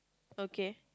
okay